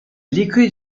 liquid